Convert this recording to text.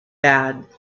bad